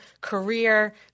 career